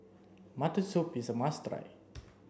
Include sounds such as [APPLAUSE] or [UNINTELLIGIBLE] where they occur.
mutton soup is a must [UNINTELLIGIBLE]